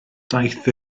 daeth